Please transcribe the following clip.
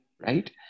Right